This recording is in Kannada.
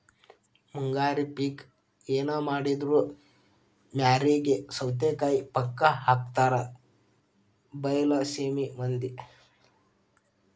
ಮುಂಗಾರಿ ಪಿಕ್ ಎನಮಾಡಿದ್ರು ಮ್ಯಾರಿಗೆ ಸೌತಿಕಾಯಿ ಪಕ್ಕಾ ಹಾಕತಾರ ಬೈಲಸೇಮಿ ಮಂದಿ